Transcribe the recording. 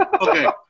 Okay